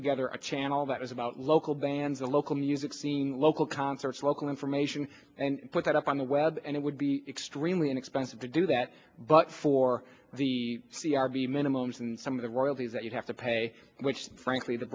together a channel that is about local bands the local music scene local concerts local information and put that up on the web and it would be extremely inexpensive to do that but for the c r b minimums and some of the royalties that you have to pay which frankly the